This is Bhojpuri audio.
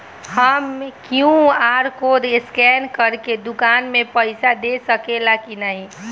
हम क्यू.आर कोड स्कैन करके दुकान में पईसा दे सकेला की नाहीं?